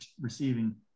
receiving